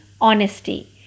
honesty